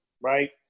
right